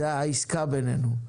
זו העסקה בינינו.